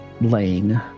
laying